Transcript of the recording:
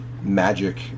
magic